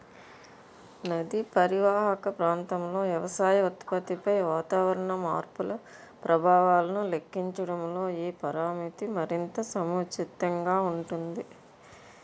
నదీ పరీవాహక ప్రాంతంలో వ్యవసాయ ఉత్పత్తిపై వాతావరణ మార్పుల ప్రభావాలను లెక్కించడంలో ఏ పరామితి మరింత సముచితంగా ఉంటుంది?